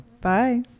Bye